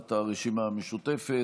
הצעת הרשימה המשותפת.